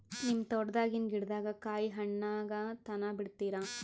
ನಿಮ್ಮ ತೋಟದಾಗಿನ್ ಗಿಡದಾಗ ಕಾಯಿ ಹಣ್ಣಾಗ ತನಾ ಬಿಡತೀರ?